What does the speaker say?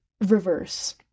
reverse